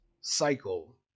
cycle